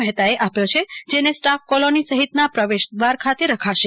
મેહતાએ આપ્યો છે જેને સ્ટાફ કોલોની સહિતના પ્રવેશદ્વાર ખાતે રાખશે